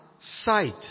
sight